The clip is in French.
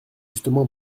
justement